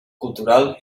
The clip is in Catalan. cultural